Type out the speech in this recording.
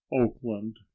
Oakland